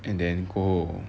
and then go